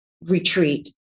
retreat